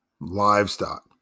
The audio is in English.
livestock